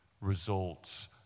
results